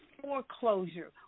foreclosure